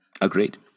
Agreed